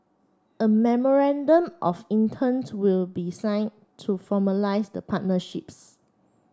a memorandum of intents will be signed to formalise the partnerships